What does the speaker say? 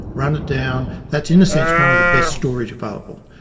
run it down, that's in a sense one of the best storages available.